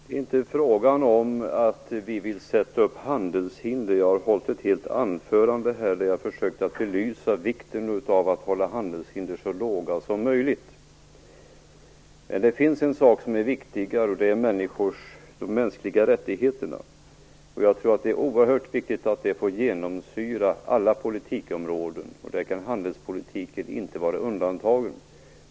Herr talman! Det är inte fråga om att vi vill sätta upp handelshinder. Jag har i hela mitt anförande försökt belysa vikten av att hålla handelshindren så låga som möjligt. Men det finns en sak som är viktigare, och det är de mänskliga rättigheterna. Jag tror att det är oerhört viktigt att de får genomsyra alla politikområden, och där kan handelspolitiken inte vara undantagen.